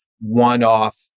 one-off